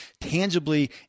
tangibly